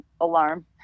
alarm